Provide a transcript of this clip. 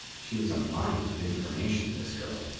she was a mine of information, this girl.